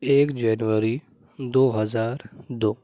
ایک جنوری دو ہزار دو